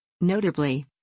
Notably